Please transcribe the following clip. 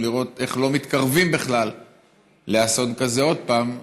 ולראות איך לא מתקרבים בכלל לאסון כזה עוד פעם,